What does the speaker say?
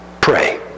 pray